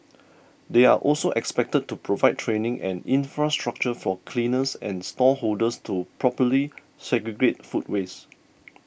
they are also expected to provide training and infrastructure for cleaners and stall holders to properly segregate food waste